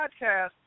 podcast